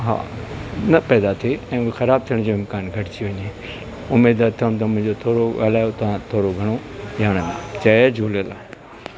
हा न पैदा थिए ऐं ख़राब थियण जो इमकान घटिजी वञे उमेद अथसि त मुंहिंजो थोरो ॻाल्हायो तव्हां थोरो घणो ॼाण आयुमि जय झूलेलाल